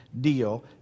deal